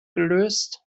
gelöst